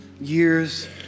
years